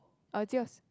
oh it's yours